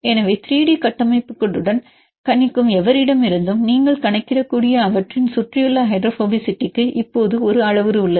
எனவே 3 டி கட்டமைப்புகளுடன் கணிக்கும் எவரிடமிருந்தும் நீங்கள் கணக்கிடக்கூடிய அவற்றின் சுற்றியுள்ள ஹைட்ரோபோபசிட்டிக்கு இப்போது ஒரு அளவுரு உள்ளது